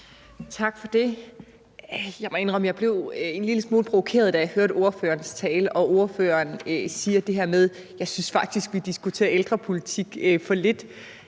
at jeg blev en lille smule provokeret, da jeg hørte ordførerens tale, hvor ordføreren siger det her med: Jeg synes faktisk, vi diskuterer ældrepolitik for lidt.